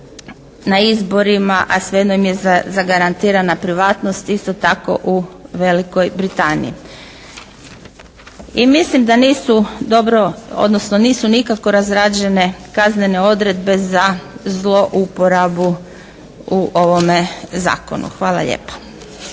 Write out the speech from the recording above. na izborima a svejedno im je zagarantirana privatnost isto tako u Velikoj Britaniji. I mislim da nisu dobro odnosno nisu nikako razrađene kaznene odredbe za zlouporabu u ovome zakonu. Hvala lijepa.